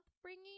upbringing